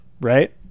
right